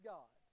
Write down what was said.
God